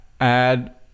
add